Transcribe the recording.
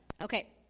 Okay